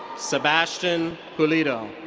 sebastian pulido.